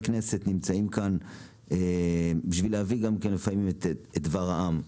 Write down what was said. כנסת נמצאים כאן בשביל להביא לפעמים את דבר העם.